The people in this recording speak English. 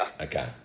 Okay